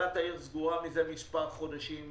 כלכלת העיר סגורה מזה מספר חודשים,